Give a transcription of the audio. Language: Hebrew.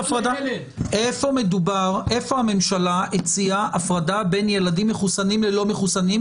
איפה הממשלה הציעה הפרדה בין ילדים מחוסנים לילדים לא מחוסנים?